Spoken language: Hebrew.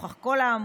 נוכח כל האמור,